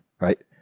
right